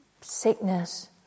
sickness